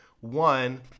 One